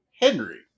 Henry